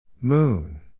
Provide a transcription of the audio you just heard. Moon